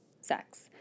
sex